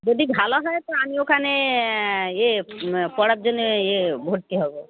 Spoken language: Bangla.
যদি ভালো হয় তো আমি ওখানে এ পড়ার জন্যে এ ভর্তি হবো